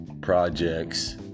projects